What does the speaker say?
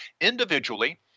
individually